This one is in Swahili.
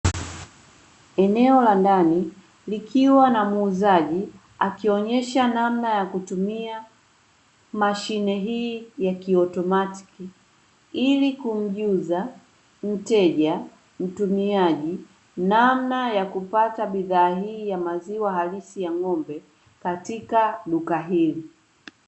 Eneo la ndani likiwa na muuzaji akionyesha namna ya kutumia mashine hii ya kiautomatiki, ili kumjuza mteja, mtumiaji namna ya kupata bidhaa hii ya maziwa halisi ya ng'ombe katika duka hili.